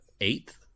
eighth